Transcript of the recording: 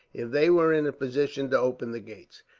if they were in a position to open the gates.